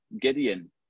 Gideon